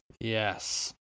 Yes